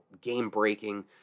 game-breaking